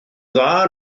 dda